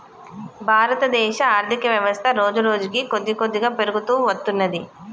భారతదేశ ఆర్ధికవ్యవస్థ రోజురోజుకీ కొద్దికొద్దిగా పెరుగుతూ వత్తున్నది